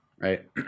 right